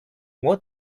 what